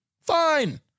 Fine